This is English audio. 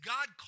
God